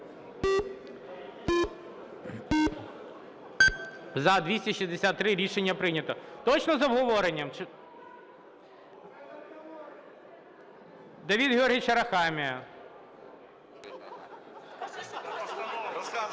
За-263 Рішення прийнято. Точно з обговоренням? Давид Георгійович Арахамія.